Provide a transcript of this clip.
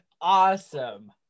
awesome